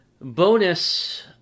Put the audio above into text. bonus